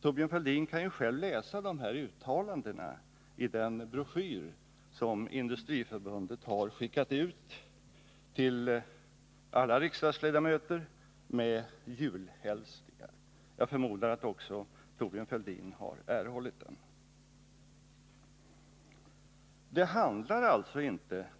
Thorbjörn Fälldin kan ju själv läsa de här uttalandena i den broschyr som Industriförbundet har skickat ut till alla riksdagsledamöter — med julhälsningar. Jag förmodar att också Thorbjörn Fälldin har erhållit den.